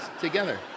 together